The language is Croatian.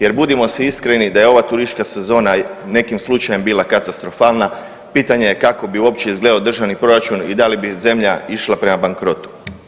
Jer budimo si iskreni da je ova turistička sezona nekim slučajem bila katastrofalna pitanje je kako bi uopće izgledao državni proračun i da li bi zemlja išla prema bankrotu.